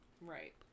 right